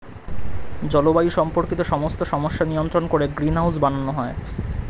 জলবায়ু সম্পর্কিত সমস্ত সমস্যা নিয়ন্ত্রণ করে গ্রিনহাউস বানানো হয়